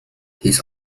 his